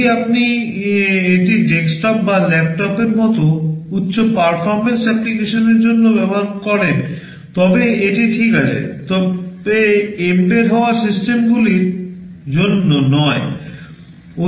যদি আপনি এটি ডেস্কটপ বা ল্যাপটপের মতো উচ্চ পারফরম্যান্স অ্যাপ্লিকেশনের জন্য ব্যবহার করেন তবে এটি ঠিক আছে তবে এম্বেড হওয়া সিস্টেমগুলির জন্য নয়